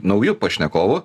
nauju pašnekovu